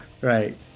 Right